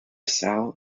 cell